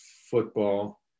football